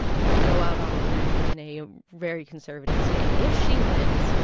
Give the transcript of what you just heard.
you know, go out on a limb in a very conservative state if she wins,